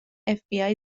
fbi